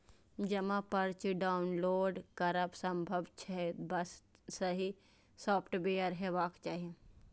जमा पर्ची डॉउनलोड करब संभव छै, बस सही सॉफ्टवेयर हेबाक चाही